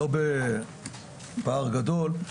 לא בפער גדול,